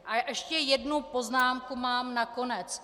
A ještě jednu poznámku mám na konec.